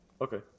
Okay